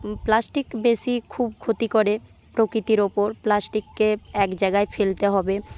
plastic বেশি খুব ক্ষতি করে প্রকৃতির উপর প্লাস্টিককে এক জায়গায় ফেলতে হবে